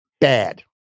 Bad